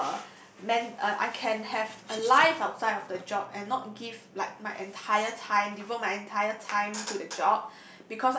uh man uh I can have a life outside of the job and not give like my entire time devote my entire time to the job